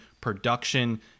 production